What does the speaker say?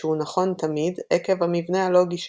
ושהוא נכון תמיד עקב המבנה הלוגי שלו,